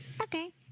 Okay